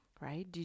right